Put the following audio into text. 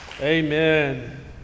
Amen